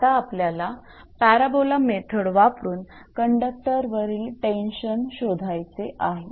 आता आपल्याला parabola method वापरून कंडक्टरवरील टेन्शन शोधायचे आहे